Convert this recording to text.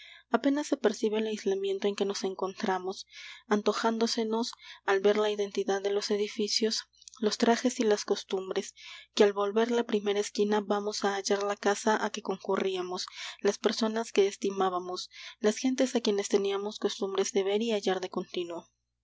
apenas se percibe el aislamiento en que nos encontramos antojándosenos al ver la identidad de los edificios los trajes y las costumbres que al volver la primera esquina vamos á hallar la casa á que concurríamos las personas que estimábamos las gentes á quienes teníamos costumbre de ver y hallar de continuo